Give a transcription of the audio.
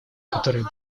которые